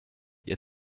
ihr